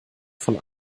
von